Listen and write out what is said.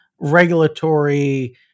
regulatory